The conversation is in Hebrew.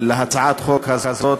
להצעת החוק הזאת.